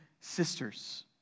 sisters